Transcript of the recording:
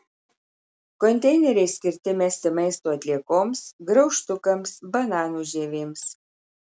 konteineriai skirti mesti maisto atliekoms graužtukams bananų žievėms